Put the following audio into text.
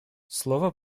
слова